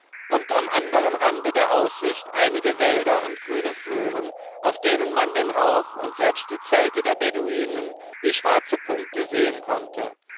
und am andern rande der aussicht einige wälder und grüne fluren auf denen man den rauch und selbst die zelte der beduinen wie schwarze punkte sehen konnte